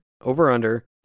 over-under